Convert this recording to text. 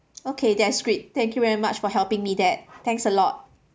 okay that's great thank you very much for helping me that thanks a lot